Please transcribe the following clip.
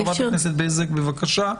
חברת הכנסת בזק, בבקשה.